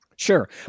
Sure